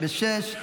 66,